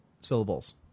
Syllables